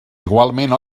igualment